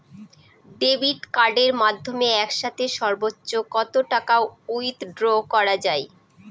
Debit কার্ডের মাধ্যমে একসাথে সর্ব্বোচ্চ কত টাকা উইথড্র করা য়ায়?